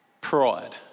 pride